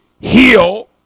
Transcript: heal